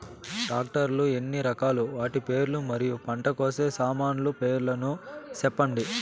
Tractor లు ఎన్ని రకాలు? వాటి పేర్లు మరియు పంట కోసే సామాన్లు పేర్లను సెప్పండి?